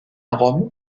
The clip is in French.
rome